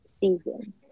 season